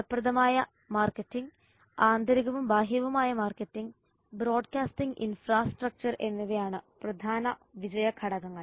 ഫലപ്രദമായ മാർക്കറ്റിംഗ് ആന്തരികവും ബാഹ്യവുമായ മാർക്കറ്റിംഗ് ബ്രോഡ്കാസ്റ്റിംഗ് ഇൻഫ്രാസ്ട്രക്ചർ എന്നിവയാണ് പ്രധാന വിജയ ഘടകങ്ങൾ